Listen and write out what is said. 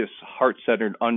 heart-centered